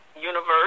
universe